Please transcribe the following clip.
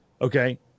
okay